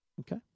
Okay